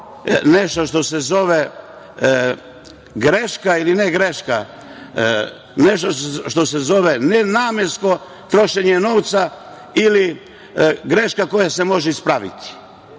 nešto što se zove greška ili negreška, nešto što se zove nenamensko trošenje novca ili greška koja se može ispraviti.